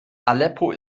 aleppo